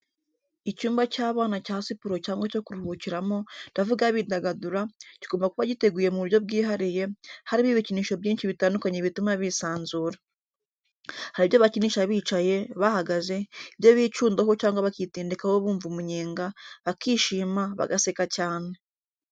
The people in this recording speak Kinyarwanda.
Icyumba cy'abana cya siporo cyangwa cyo kuruhukiramo, ndavuga bidagadura, kigomba kuba giteguye mu buryo bwihariye, harimo ibikinisho byinshi bitandukanye bituma bisanzura. Hari ibyo bakinisha bicaye, bahagaze, ibyo bicundaho cyangwa bakitendekaho bumva umunyenga, bakishima, bagaseka cyane.